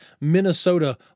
Minnesota